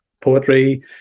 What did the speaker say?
poetry